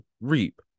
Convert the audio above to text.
reap